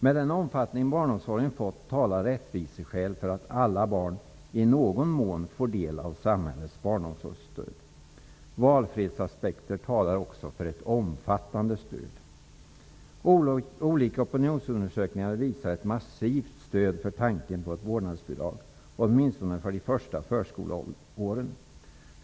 Med den omfattning barnomsorgen fått talar rättviseskäl för att alla barn i någon mån får del av samhällets barnomsorgsstöd. Valfrihetsaspekter talar också för ett omfattande stöd. Olika opinionsundersökningar visar ett massivt stöd för tanken på ett vårdnadsbidrag åtminstone för de första förskoleåren.